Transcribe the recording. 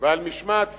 ועל משמעת פיסקלית,